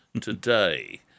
today